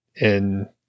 And-